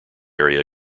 area